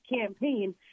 campaign